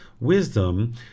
wisdom